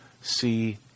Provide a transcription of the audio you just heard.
see